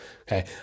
okay